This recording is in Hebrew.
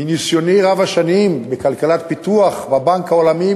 מניסיוני רב השנים בכלכלת פיתוח והבנק העולמי,